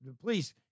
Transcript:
Please